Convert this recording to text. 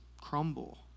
crumble